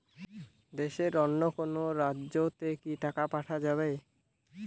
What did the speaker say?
দেশের অন্য কোনো রাজ্য তে কি টাকা পাঠা যাবে?